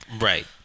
Right